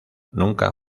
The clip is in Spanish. nunca